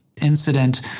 incident